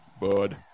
Bud